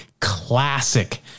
classic